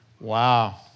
Wow